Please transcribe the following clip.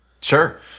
Sure